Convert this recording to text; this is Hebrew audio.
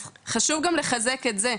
אז חשוב גם לחזק את זה,